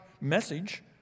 message